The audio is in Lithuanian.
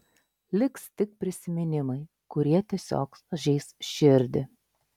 liks tik prisiminimai kurie tiesiog žeis širdį